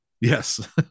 Yes